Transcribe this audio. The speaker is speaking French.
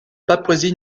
papouasie